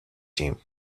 team